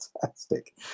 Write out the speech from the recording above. fantastic